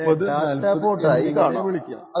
ഇതിൽ രണ്ടെണ്ണത്തിനെ data port ആയി കാണാം